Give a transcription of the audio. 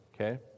okay